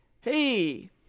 hey